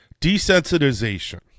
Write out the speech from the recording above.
desensitization